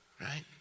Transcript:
right